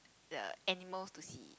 the animals to see